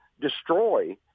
destroy